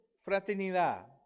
fraternidad